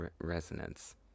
resonance